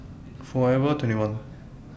Forever twenty one